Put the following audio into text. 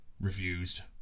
Refused